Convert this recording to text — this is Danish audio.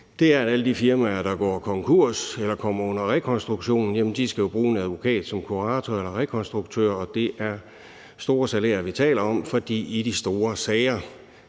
nemlig at alle de firmaer, der går konkurs eller kommer under rekonstruktion, skal bruge en advokat som kurator eller rekonstruktør, og det er store salærer, vi taler om, og i de store sager